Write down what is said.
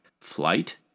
Flight